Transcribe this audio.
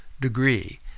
degree